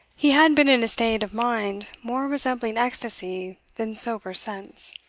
he had been in a state of mind more resembling ecstasy than sober sense.